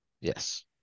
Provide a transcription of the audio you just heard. Yes